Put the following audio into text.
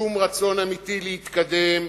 שום רצון אמיתי להתקדם.